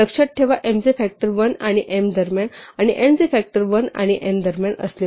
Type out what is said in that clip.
लक्षात ठेवा m चे फ़ॅक्टर 1 आणि m दरम्यान आणि n साठी 1 आणि n दरम्यान असतात